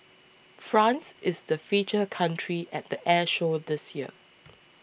France is the feature country at the air show this year